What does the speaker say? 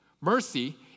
mercy